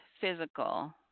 physical